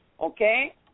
okay